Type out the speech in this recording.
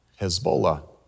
Hezbollah